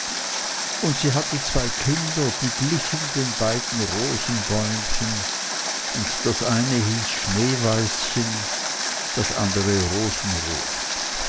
und sie hatte zwei kinder die glichen den beiden rosenbäumchen und das eine hieß schneeweißchen das andere rosenrot